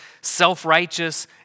self-righteous